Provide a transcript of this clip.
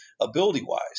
ability-wise